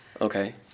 Okay